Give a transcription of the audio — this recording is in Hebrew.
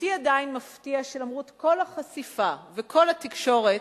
אותי עדיין מפתיע שלמרות כל החשיפה וכל התקשורת